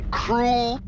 cruel